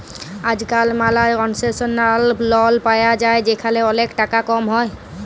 আজকাল ম্যালা concessional loan পায়া যায় যেখালে ওলেক টাকা কম হ্যয়